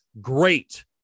Great